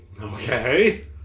Okay